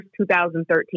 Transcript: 2013